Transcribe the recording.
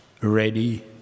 ready